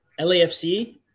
LAFC